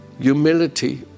humility